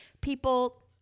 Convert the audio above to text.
people